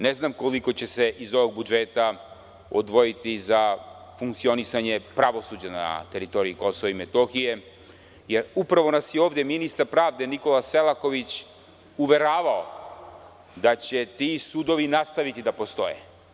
Ne znam koliko će se iz ovog budžeta odvojiti za funkcionisanje pravosuđa na teritoriji KiM, jer upravo nas je ovde ministar pravde, Nikola Selaković, uveravao da će ti sudovi nastaviti da postoje.